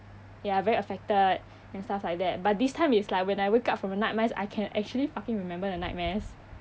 ya very affected and stuff like that but this time is like when I wake up from nightmares I can actually fucking remember the nightmares